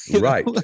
Right